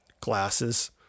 Glasses